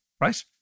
Right